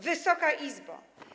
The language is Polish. Wysoka Izbo!